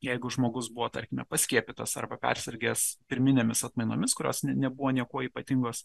jeigu žmogus buvo tarkime paskiepytas arba persirgęs pirminėmis atmainomis kurios ne nebuvo niekuo ypatingos